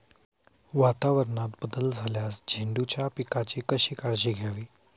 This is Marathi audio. वातावरणात बदल झाल्यास झेंडूच्या पिकाची कशी काळजी घ्यावी?